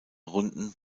runden